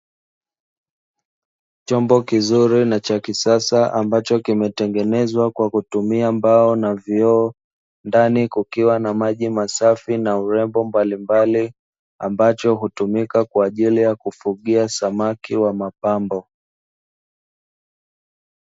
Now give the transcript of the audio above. Chombo kizuri na cha kisasa ambacho kimetengenezwa kwa kutumia mbao na vioo, ndani kukiwa na maji masafi na urembo mbalimbali, ambacho hutumika kwa ajili ya kufugia samaki wa mapambo.